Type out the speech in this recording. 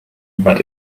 but